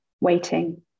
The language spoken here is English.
waiting